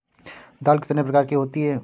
दाल कितने प्रकार की होती है?